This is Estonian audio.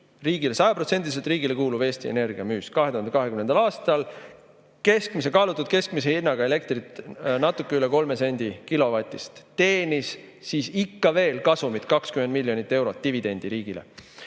Energia, sajaprotsendiliselt riigile kuuluv Eesti Energia müüs 2020. aastal kaalutud keskmise hinnaga elektrit natuke üle kolme sendi kilovati eest ja teenis siis ikka veel kasumit 20 miljonit eurot, dividende riigile.